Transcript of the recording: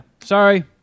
Sorry